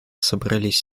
собрались